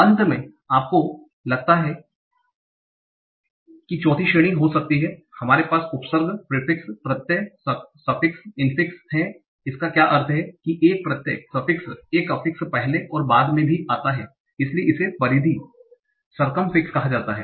अंत में इसलिए आपको लगता है कि चौथी श्रेणी हो सकती है हमारे पास उपसर्ग प्रत्यय इन्फिक्स है इसका क्या अर्थ है कि एक प्रत्यय एक affix पहले और बाद में भी आता है इसलिए इसे परिधि सरकमफिक्स circumfix कहा जाता है